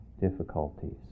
difficulties